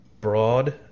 broad